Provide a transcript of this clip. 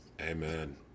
Amen